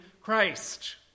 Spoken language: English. Christ